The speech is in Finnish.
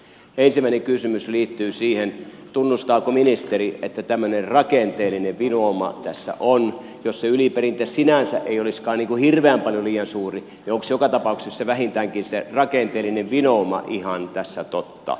ensimmäinen kysymys liittyy siihen tunnustaako ministeri että tämmöinen rakenteellinen vinouma tässä on jos se yliperintä sinänsä ei olisikaan hirveän paljon liian suuri onko joka tapauksessa vähintäänkin se rakenteellinen vinouma ihan tässä totta